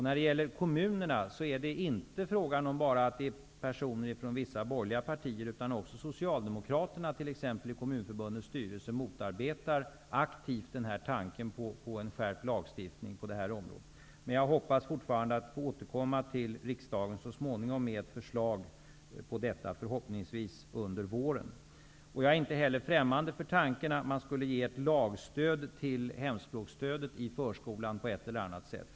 När det gäller kommunerna är det inte bara fråga om personer från vissa borgerliga partier, utan också socialdemokraterna, t.ex. i Kommunförbundets styrelse, motarbetar aktivt den här tanken på en skärpt lagstiftning på detta område. Men jag hoppas fortfarande kunna återkomma till riksdagen så småningom med ett förslag i denna fråga, förhoppningsvis under våren. Jag är inte heller främmande för tanken att man skulle ge ett lagstöd till hemspråksstödet i förskolan på ett eller annat sätt.